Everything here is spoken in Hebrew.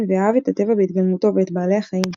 ואהב את הטבע בהתגלמותו ואת בעלי החיים.